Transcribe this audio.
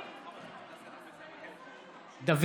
(קורא בשמות חברי הכנסת) דוד